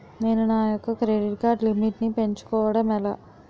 నేను నా యెక్క క్రెడిట్ కార్డ్ లిమిట్ నీ పెంచుకోవడం ఎలా?